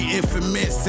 infamous